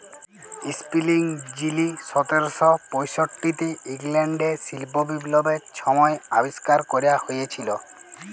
spinning যিলি সতের শ পয়ষট্টিতে ইংল্যাল্ডে শিল্প বিপ্লবের ছময় আবিষ্কার ক্যরা হঁইয়েছিল